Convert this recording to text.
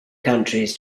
countries